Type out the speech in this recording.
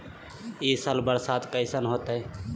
ई साल बरसात कैसन होतय?